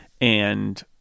And-